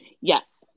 yes